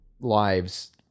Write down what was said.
lives